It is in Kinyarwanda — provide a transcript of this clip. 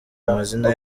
amazina